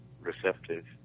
receptive